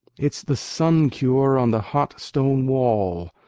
it's the sun-cure on the hot stone-wall,